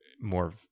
more